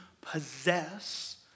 possess